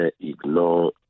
ignore